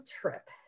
trip